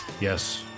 yes